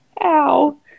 Ow